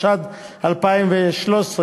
התשע"ד 2013,